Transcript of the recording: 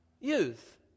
Youth